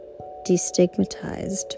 destigmatized